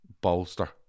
bolster